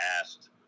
asked